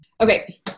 Okay